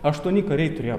aštuoni kariai turėjo